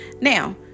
now